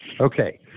Okay